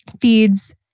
feeds